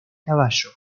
caballo